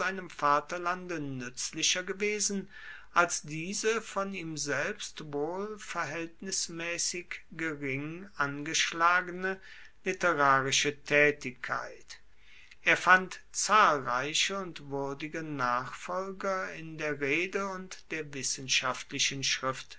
vaterlande nuetzlicher gewesen als diese von ihm selbst wohl verhaeltnismaessig gering angeschlagene literarische taetigkeit er fand zahlreiche und wuerdige nachfolger in der rede und der wissenschaftlichen